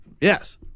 Yes